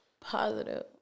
Positive